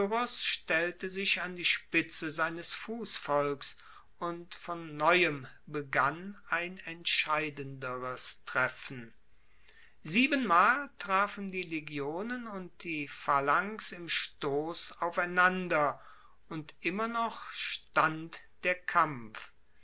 stellte sich an die spitze seines fussvolks und von neuem begann ein entscheidenderes treffen siebenmal trafen die legionen und die phalanx im stoss aufeinander und immer noch stand der kampf